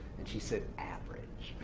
and she said, average.